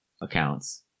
accounts